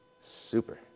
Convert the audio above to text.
Super